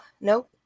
Nope